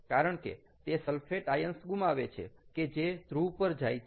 કારણ કે તે સલ્ફેટ આયન્સ ગુમાવે છે કે જે ધ્રુવ પર જાય છે